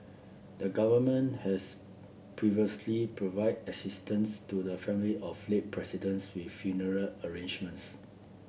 the government has previously provided assistance to the family of late Presidents with funeral arrangements